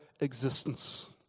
existence